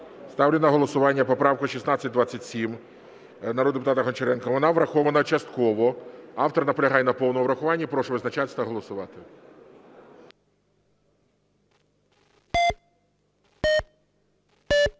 Ставлю на голосування поправку 1627 народного депутата Гончаренка. Вона врахована частково, автор наполягає на повному врахуванні. Прошу визначатись та голосувати.